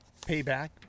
Payback